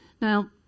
now